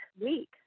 week